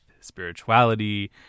spirituality